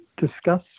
discuss